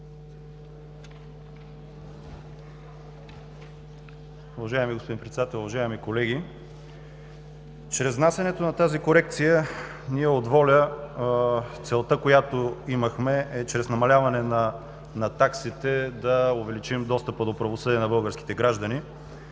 Уважаеми господин Председател, уважаеми колеги! Чрез внасянето на тази корекция целта, която имахме ние от „Воля“, е чрез намаляване на таксите да увеличим достъпа до правосъдие на българските граждани.